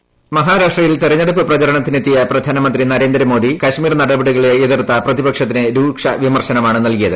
voice മഹാരാഷ്ട്രയിൽ തെരഞ്ഞെടുപ്പ് പ്രചരണത്തിന് എത്തിയ പ്രധാനമന്ത്രി നരേന്ദ്രമോദി കശ്മീർ നടപടികളെ എതിർത്ത പ്രതിപക്ഷത്തിന് രൂക്ഷ വിമർശനമാണ് നൽകിയത്